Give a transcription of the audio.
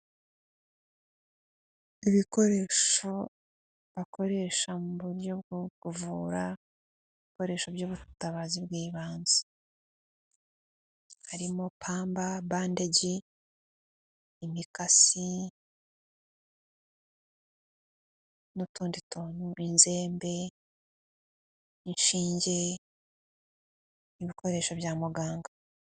Ibikoresho bakoresha mu buryo bwo kuvura, ibikoresho by'ubutabazi bw'ibanze. Harimo ipamba, bandaji, n'utundi, utwembe, inshinge ni ibikoresho bya muganga.